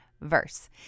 verse